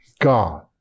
God